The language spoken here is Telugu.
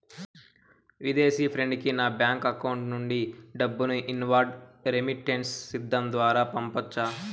విదేశీ ఫ్రెండ్ కి నా బ్యాంకు అకౌంట్ నుండి డబ్బును ఇన్వార్డ్ రెమిట్టెన్స్ సిస్టం ద్వారా పంపొచ్చా?